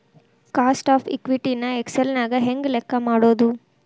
Cost of equity ನ Excel ನ್ಯಾಗ ಹೆಂಗ್ ಲೆಕ್ಕಾ ಮಾಡೊದು?